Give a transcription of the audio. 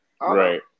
Right